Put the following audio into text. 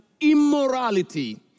immorality